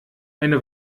eine